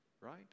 Right